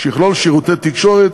שיכלול שירותי תקשורת,